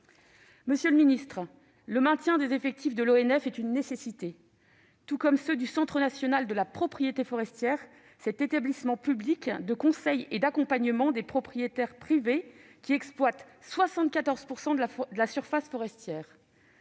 Monsieur le ministre, le maintien des effectifs de l'ONF est une nécessité, tout comme le maintien de ceux du Centre national de la propriété forestière, cet établissement public de conseil et d'accompagnement des propriétaires privés, qui exploitent 74 % de la surface forestière.